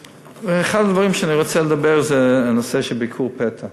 אחד הדברים שאני רוצה לדבר עליהם זה הנושא של ביקור פתע.